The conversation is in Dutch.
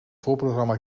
voorprogramma